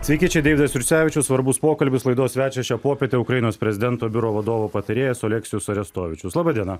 taigi čia deividas jursevičius svarbus pokalbis laidos svečio šią popietę ukrainos prezidento biuro vadovo patarėjas okelsijus arestovyčius laba diena